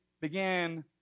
began